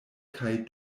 kaj